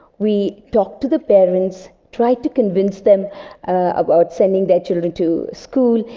we talked to the parents, tried to convince them about sending their children to school.